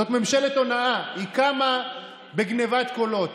זאת ממשלת הונאה, היא קמה בגנבת קולות.